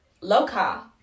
loca